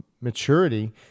maturity